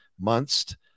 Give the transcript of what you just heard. Months